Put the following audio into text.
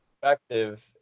perspective